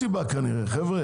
כנראה, סיבה, חבר'ה.